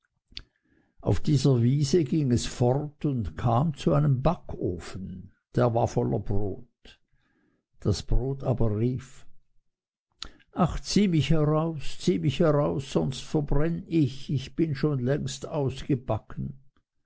auf dieser wiese ging es fort und kam zu einem backofen der war voller brot das brot aber rief ach zieh mich raus zieh mich raus sonst verbrenn ich ich bin schon längst ausgebacken